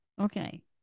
Okay